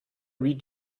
read